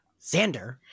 Xander